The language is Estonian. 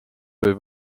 võib